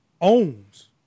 owns